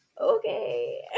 Okay